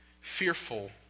fearful